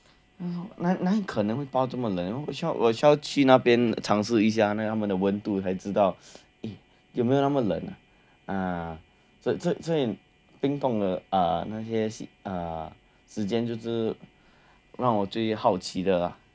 嗯哪哪里可能会包这么冷我需要去那边尝试一下那他们的温度才知道有没有那么冷啊所以冰冻的时间就是让我最好奇的啦